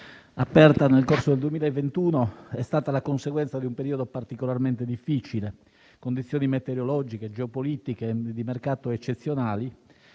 aperta nel corso del 2021, è stata la conseguenza di un periodo particolarmente lungo di condizioni meteorologiche, geopolitiche e di mercato eccezionali,